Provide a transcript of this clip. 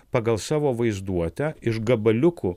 pagal savo vaizduotę iš gabaliukų